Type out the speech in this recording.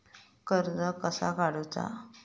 कर्ज कसा काडूचा?